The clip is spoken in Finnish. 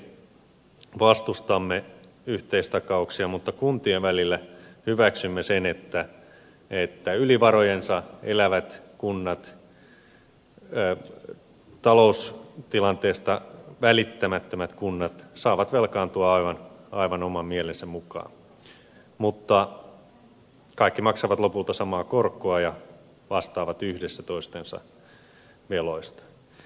euroopan kesken vastustamme yhteistakauksia mutta kuntien välillä hyväksymme sen että yli varojensa elävät kunnat taloustilanteesta välittämättömät kunnat saavat velkaantua aivan oman mielensä mukaan mutta kaikki maksavat lopulta samaa korkoa ja vastaavat yhdessä toistensa veloista